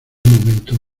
momento